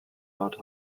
out